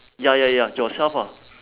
ya ya ya yourself ah